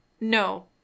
No